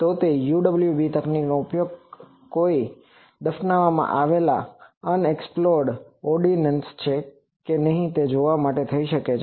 તો UWB તકનીકનો ઉપયોગ કોઈ દફનાવવામાં આવેલ અનએક્ષપ્લોર્ડ્ડ ઓરડીનંસ છે કે નહીં તે જોવા માટે થઈ શકે છે